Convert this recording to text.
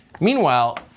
Meanwhile